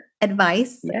Advice